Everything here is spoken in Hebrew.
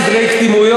יש סדרי קדימויות.